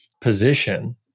position